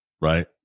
right